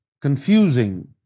confusing